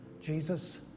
Jesus